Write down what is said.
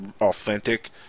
authentic